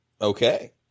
Okay